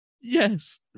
Yes